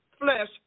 flesh